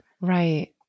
Right